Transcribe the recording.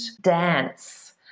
dance